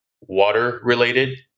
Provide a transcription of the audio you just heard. water-related